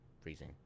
freezing